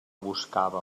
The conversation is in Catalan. buscava